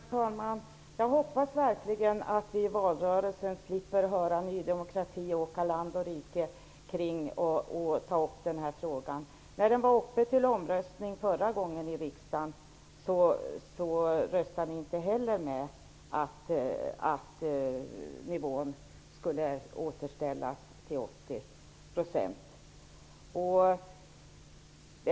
Herr talman! Jag hoppas verkligen att vi slipper höra Ny demokrati åka land och rike runt i valrörelsen och ta upp den här frågan. När den var uppe till omröstning förra gången i riksdagen röstade ni inte heller för att nivån skulle återställas till 80 %.